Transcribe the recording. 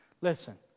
Listen